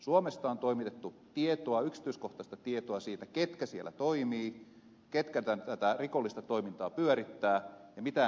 suomesta on toimitettu tietoa yksityiskohtaista tietoa siitä ketkä siellä toimivat ketkä tätä rikollista toimintaa pyörittää mitä